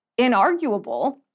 inarguable